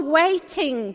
waiting